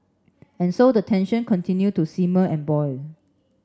and so the tension continue to simmer and boil